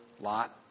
lot